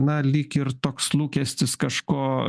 na lyg ir toks lūkestis kažko